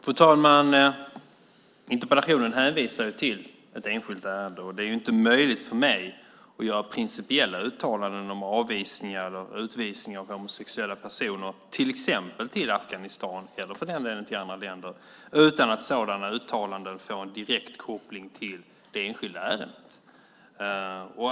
Fru talman! Interpellationen hänvisar ju till ett enskilt ärende, och det är inte möjligt för mig att göra principiella uttalanden om avvisningar och utvisningar av homosexuella personer, till exempel till Afghanistan eller för den delen till andra länder, utan att sådana uttalanden får en direkt koppling till det enskilda ärendet.